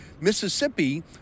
Mississippi